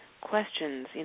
questions